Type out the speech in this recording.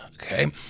okay